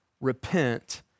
repent